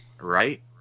right